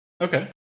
Okay